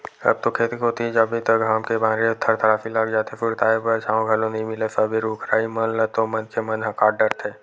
अब तो खेत कोती जाबे त घाम के मारे थरथरासी लाग जाथे, सुरताय बर छांव घलो नइ मिलय सबे रुख राई मन ल तो मनखे मन ह काट डरथे